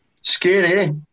Scary